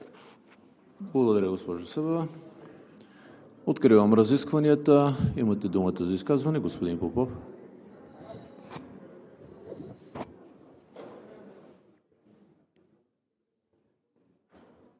Благодаря, госпожо Събева. Откривам разискванията. Имате думата за изказвания. Господин Попов.